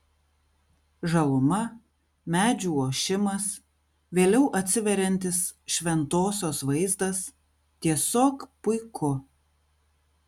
žaluma medžių ošimas vėliau atsiveriantis šventosios vaizdas tiesiog puiku